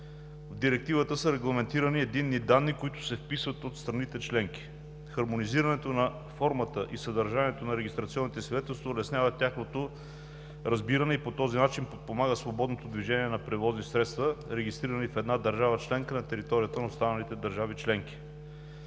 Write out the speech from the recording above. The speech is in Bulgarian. В Директивата са регламентирани единни данни, които се вписват от страните членки. Хармонизирането на формата и съдържанието на регистрационните свидетелства улеснява тяхното разбиране и по този начин подпомага свободното движение на превозни средства, регистрирани в една държава членка, на територията на останалите държави членки.